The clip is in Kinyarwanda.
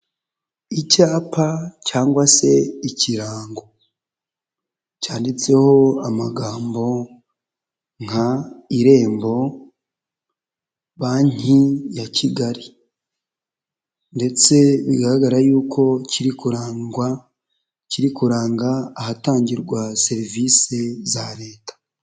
Icyapa cyangwa se ikirango cyanditseho amagambo nka Iirembo, Banki ya Kigali ndetse bigaragara yuko kiri kurangwa kiri kuranga ahatangirwa serivisi za Leta.